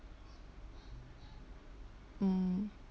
mm